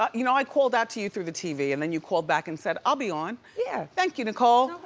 um you know i called out to you through the tv and then you called back and said, i'll be on. yeah. thank you, you, nicole.